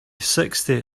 sixty